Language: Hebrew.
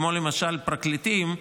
כמו למשל פרקליטים,